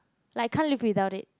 like can't live without it